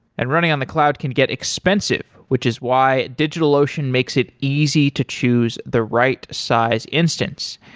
and running on the cloud can get expensive, which is why digitalocean makes it easy to choose the right size instance.